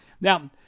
now